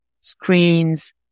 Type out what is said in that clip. screens